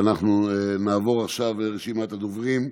אנחנו נעבור עכשיו לרשימת הדוברים.